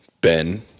Ben